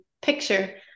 picture